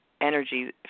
energy